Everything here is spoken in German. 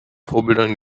vorbildern